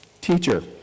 teacher